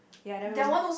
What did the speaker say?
ya then